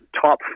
top